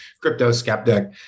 crypto-skeptic